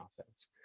offense